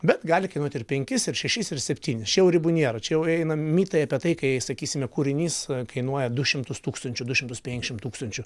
bet gali kainuoti ir penkis ir šešis ir septynis čia jau ribų nėra čia jau eina mitai apie tai kai sakysime kūrinys kainuoja du šimtus tūkstančių du šimtus penkšim tūkstančių